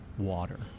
water